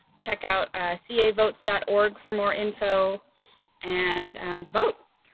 check out ca votes dot org for more info and vote.